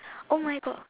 oh my God